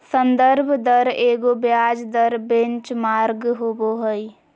संदर्भ दर एगो ब्याज दर बेंचमार्क होबो हइ